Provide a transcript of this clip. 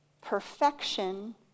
perfection